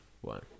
One